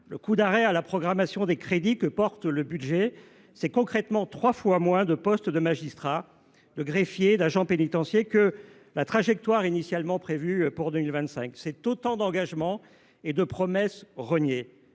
Le coup d’arrêt à la programmation des crédits que porte le budget, c’est, concrètement, trois fois moins de postes de magistrats, de greffiers, d’agents pénitentiaires que ce que la trajectoire initialement prévue pour 2025 pouvait laisser espérer. Ce sont autant d’engagements et de promesses reniés